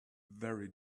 very